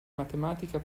matematica